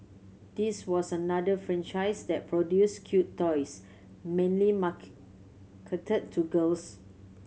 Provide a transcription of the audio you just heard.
this was another franchise that produced cute toys mainly marketed to girls